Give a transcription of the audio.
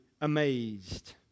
amazed